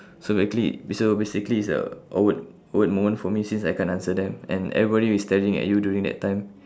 so basically so basically it's a awkward awkward moment for me since I can't answer them and everybody is staring at you during that time